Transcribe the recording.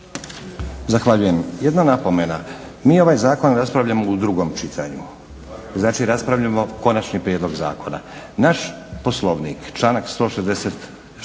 Zahvaljujem. Jedna napomena, mi ovaj zakon raspravljamo u 2. čitanju. Znači raspravljamo konačni prijedlog zakona. Naš Poslovnik članak 160.